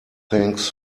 thanks